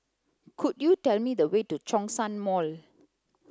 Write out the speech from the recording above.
could you tell me the way to Zhongshan Mall